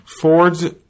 Ford's